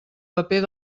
paper